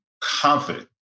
confident